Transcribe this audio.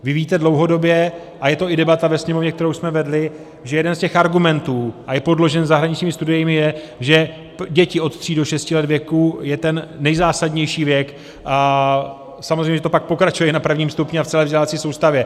Vy víte dlouhodobě, a je to i debata ve Sněmovně, kterou jsme vedli, že jeden z těch argumentů, a je podložen zahraničními studiemi, je, že děti od tří do šesti let věku je ten nejzásadnější věk, a samozřejmě že to pak pokračuje i na prvním stupni a v celé vzdělávací soustavě.